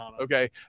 okay